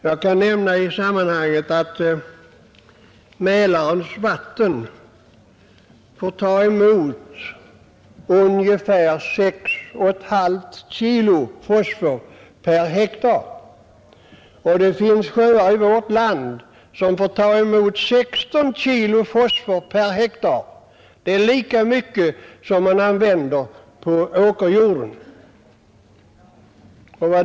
Jag kan nämna i sammanhanget att Mälarens vatten får ta emot ungefär 6,5 kilo fosfor per hektar. Det finns sjöar i vårt land som får ta emot 16 kilo fosfor per hektar. Det är lika mycket som man använder på åkerjorden.